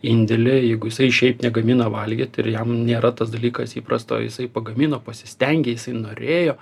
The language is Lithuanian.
indėlį jeigu jisai šiaip negamina valgyt ir jam nėra tas dalykas įprasta o jisai pagamino pasistengė jisai norėjo